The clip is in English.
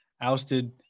ousted